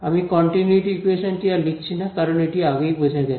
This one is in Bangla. আমি কন্টিনিউইটি ইকুয়েশন টি আর লিখছি না কারণ এটি আগেই বোঝা গেছে